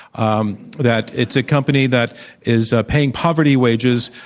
um that it's a company that is paying poverty wages,